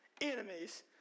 Enemies